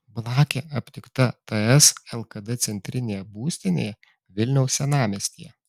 blakė aptikta ts lkd centrinėje būstinėje vilniaus senamiestyje